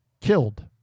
killed